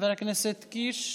חבר הכנסת קיש?